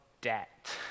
debt